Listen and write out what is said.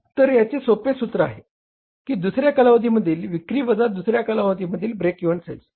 तर याचे सोपे सूत्र असे आहे की दुसऱ्या कालावधीमधील विक्री वजा दुसऱ्या कालावधीमधील ब्रेक इव्हन सेल्स